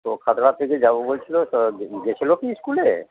তো যাবো বলছিলো তো গেছিলো কি স্কুলে